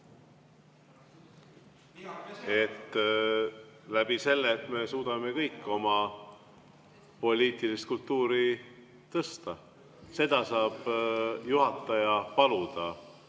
Läbi selle, et me suudame kõik oma poliitilist kultuuri tõsta. Seda saab juhataja paluda